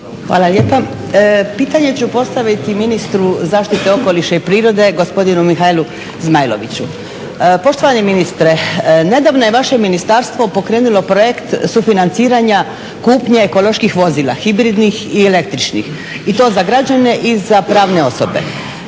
Hvala lijepa. Pitanje ću postaviti ministru zaštite okoliša i prirode, gospodinu Mihaelu Zmajloviću. Poštovani ministre, nedavno je vaše ministarstvo pokrenulo projekt sufinanciranja kupnje ekoloških vozila, hibridnih i električnih i to za građane i za pravne osobe.